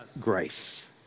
grace